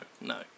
no